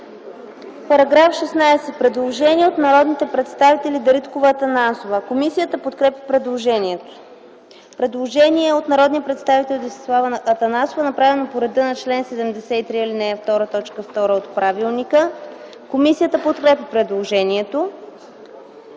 Параграф 16. Предложение от народните представители Даниела Дариткова и Десислава Атанасова. Комисията подкрепя предложението. Предложение от народния представител Десислава Атанасова, направено по реда на чл. 73, ал. 2, т. 2 от правилника. Комисията подкрепя предложението.